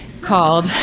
called